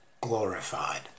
glorified